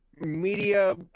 media